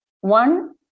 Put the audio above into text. one